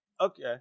okay